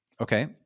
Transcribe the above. Okay